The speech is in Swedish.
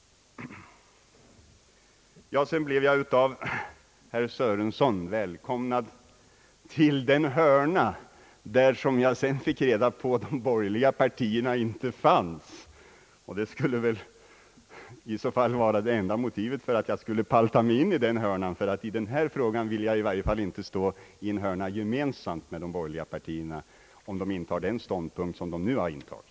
Jag blev av herr Sörenson välkomnad till den hörna där — som jag sedan fick reda på — de borgerliga partierna inte fanns. Det skulle i så fall vara det enda motivet för att jag skulle palta mig in i den hörnan. I varje fall vill jag inte i den här frågan befinna mig i en hörna tillsammans med de borgerliga partierna, om de intar den ståndpunkt som de nu har intagit.